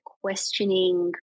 questioning